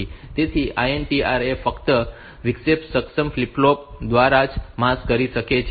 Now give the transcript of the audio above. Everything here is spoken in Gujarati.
તેથી INTR ને ફક્ત વિક્ષેપ સક્ષમ ફ્લિપ ફ્લોપ દ્વારા જ માસ્ક કરી શકાય છે